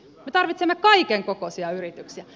me tarvitsemme kaikenkokoisia yrityksiä